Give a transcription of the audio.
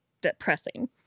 depressing